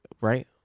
right